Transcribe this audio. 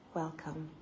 welcome